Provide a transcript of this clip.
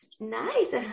Nice